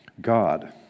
God